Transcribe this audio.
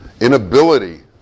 inability